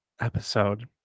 episode